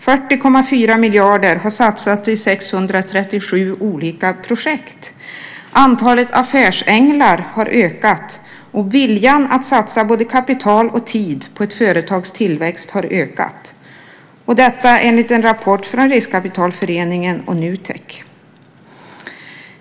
40,4 miljarder har satsats i 637 olika projekt. Antalet affärsänglar har ökat, och viljan att satsa både kapital och tid på ett företags tillväxt har ökat - detta enligt en rapport från Riskkapitalföreningen och Nutek.